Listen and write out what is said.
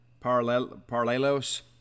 Paralelos